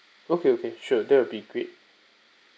okay okay sure that'll be great